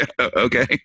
Okay